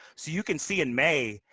so you can see in may,